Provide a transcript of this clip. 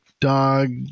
dog